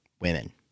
women